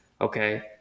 Okay